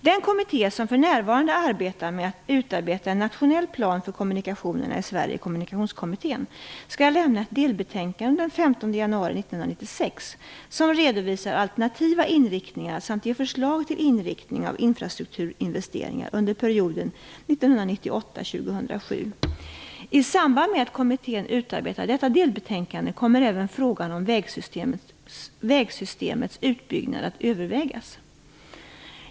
Den kommitté som för närvarande arbetar med att utarbeta en nationell plan för kommunikationerna i Sverige, Kommunikationskommittén, skall lämna ett delbetänkande den 15 januari 1996 som redovisar alternativa inriktningar samt ger förslag till inriktning av infrastrukturinvesteringar under perioden 1998 2007. I samband med att kommittén utarbetar detta delbetänkande kommer även frågan om vägsystemets utbyggnad att övervägas.